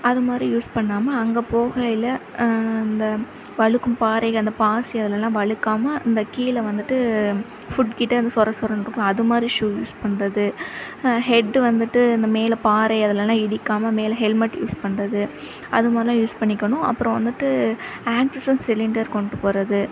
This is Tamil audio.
அதுமாதிரி யூஸ் பண்ணாமல் அங்கே போகையில் அந்த வழுக்கும் பாறை அந்த பாசி அதிலயெல்லாம் வழுக்காமல் இந்த கீழே வந்துவிட்டு ஃபுட் கிட்டே வந்து சொரசொரன்னு இருக்கும் அதுமாதிரி ஷூ யூஸ் பண்ணுறது ஹெட்டு வந்துவிட்டு அந்த மேலே பாறை அதிலலாம் இடிக்காமல் மேலே ஹெல்மெட் யூஸ் பண்ணுறது அதுமாதிரிலாம் யூஸ் பண்ணிக்கணும் அப்பறம் வந்துவிட்டு ஆக்சிசன் சிலிண்டர் கொண்டுட்டு போவது